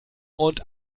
und